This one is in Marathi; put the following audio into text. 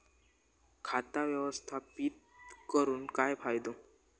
खाता व्यवस्थापित करून काय फायदो?